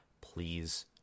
please